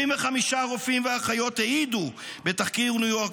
65 רופאים ואחיות העידו בתחקיר בניו-יורק